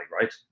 right